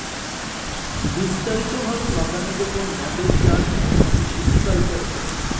বিস্তারিত ভাবে বাগানে যখন মদের চাষ হয় তাকে ভিটি কালচার বলে